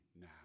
now